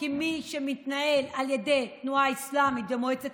כי מי שמתנהל על ידי התנועה האסלאמית ומועצת